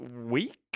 week